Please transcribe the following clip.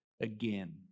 again